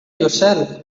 yourself